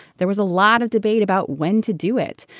there was a lot of debate about when to do it.